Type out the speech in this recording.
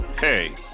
Hey